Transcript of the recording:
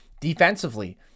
defensively